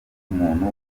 umuntu